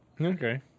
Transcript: okay